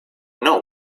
know